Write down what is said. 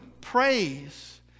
Praise